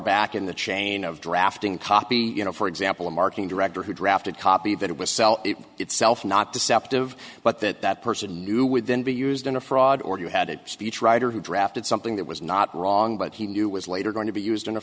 back in the chain of drafting copy you know for example a marking director who drafted copy that it was sell itself not deceptive but that that person who would then be used in a fraud or you had a speechwriter who drafted something that was not wrong but he knew was later going to be used in a